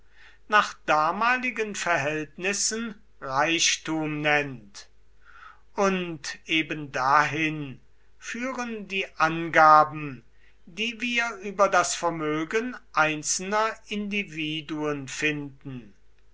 nach damaligen verhältnissen reichtum nennt und ebendahin führen die angaben die wir über das vermögen einzelner individuen finden